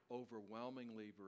overwhelmingly